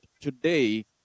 today